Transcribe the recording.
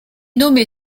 nommé